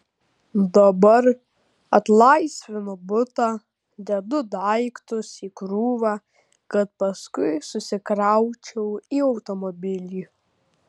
dabar atlaisvinu butą dedu daiktus į krūvą kad paskui susikraučiau į automobilį